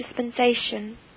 dispensation